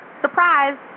surprise